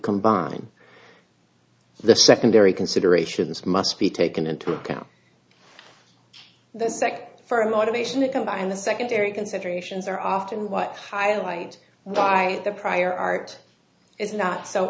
combine the secondary considerations must be taken into account the second for a motivation to combine the secondary considerations are often what highlight why the prior art is not so